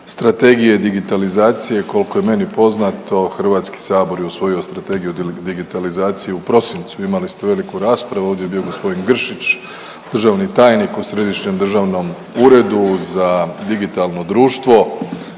Strategije digitalizacije, koliko je meni poznato, HS je usvojio Strategiju digitalizacije u prosincu, imali ste veliku raspravu, ovdje je bio g. Gršić, državni tajnik u Središnjem državnom uredu za digitalno društvo,